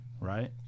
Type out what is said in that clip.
Right